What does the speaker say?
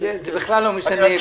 זה בכלל לא משנה.